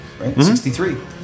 63